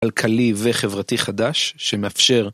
כלכלי וחברתי חדש שמאפשר.